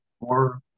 More